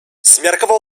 zmiarkował